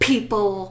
people